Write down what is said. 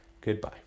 Goodbye